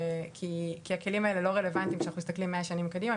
כי הכלים האלה לא רלוונטיים אם אנחנו מסתכלים מאה שנים קדימה.